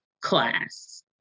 class